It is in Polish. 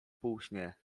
półśnie